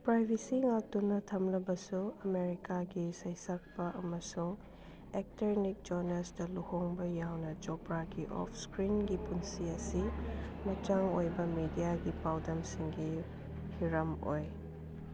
privacy ꯉꯥꯛꯇꯨꯅ ꯊꯝꯂꯕꯁꯨ ꯑꯃꯦꯔꯤꯀꯥꯒꯤ ꯁꯩꯁꯛꯄ ꯑꯃꯁꯨꯡ ꯑꯦꯛꯇꯔ ꯅꯤꯛ ꯖꯣꯅꯥꯁꯇ ꯂꯨꯍꯣꯡꯕ ꯌꯥꯎꯅ ꯆꯣꯄ꯭ꯔꯥꯒꯤ ꯑꯣꯐ ꯏꯁꯀ꯭ꯔꯤꯟꯒꯤ ꯄꯨꯟꯁꯤ ꯑꯁꯤ ꯃꯆꯪ ꯑꯣꯏꯕ ꯃꯦꯗꯤꯌꯥꯒꯤ ꯄꯥꯎꯗꯝꯁꯤꯡꯒꯤ ꯍꯤꯔꯝ ꯑꯣꯏ